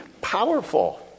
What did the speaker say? powerful